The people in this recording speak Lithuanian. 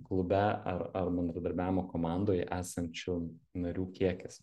klube ar ar bendradarbiavimo komandoj esančių narių kiekis